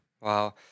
Wow